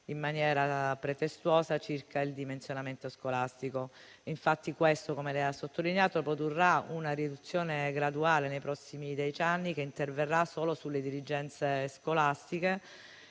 in maniera pretestuosa circa il dimensionamento scolastico. Infatti tale dimensionamento, come lei ha sottolineato, produrrà una riduzione graduale nei prossimi dieci anni che interverrà solo sulle dirigenze scolastiche